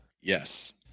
yes